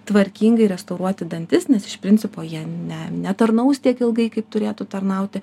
tvarkingai restauruoti dantis nes iš principo jie ne netarnaus tiek ilgai kaip turėtų tarnauti